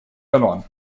verloren